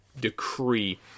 decree